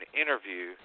interview